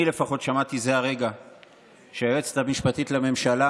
אני לפחות שמעתי זה הרגע שהיועצת המשפטית לממשלה